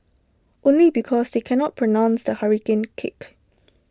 only because they can not pronounce the hurricane kick